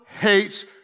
hates